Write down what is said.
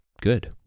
good